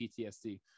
PTSD